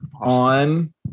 on